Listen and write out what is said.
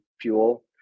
fuel